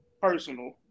personal